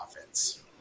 offense